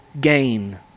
gain